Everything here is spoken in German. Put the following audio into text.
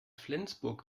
flensburg